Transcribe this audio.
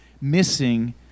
missing